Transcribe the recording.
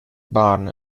barn